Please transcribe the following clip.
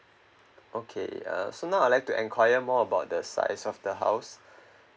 okay uh so now I'd like to inquire more about the size of the house